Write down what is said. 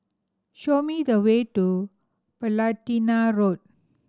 show me the way to Platina Road